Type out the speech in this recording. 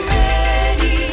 ready